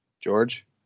George